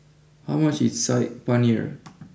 how much is Saag Paneer